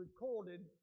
recorded